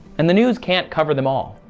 and the news can't cover them all.